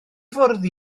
fwrdd